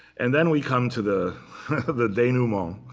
and then we come to the the denouement.